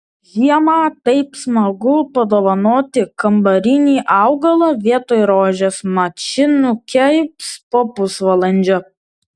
žiemą taip smagu padovanoti kambarinį augalą vietoj rožės mat ši nukeips po pusvalandžio